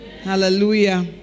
Hallelujah